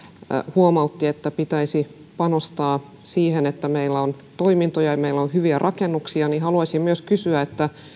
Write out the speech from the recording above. huomautti että pitäisi panostaa siihen että meillä on toimintoja ja meillä on hyviä rakennuksia niin haluaisin kysyä